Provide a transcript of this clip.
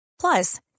Plus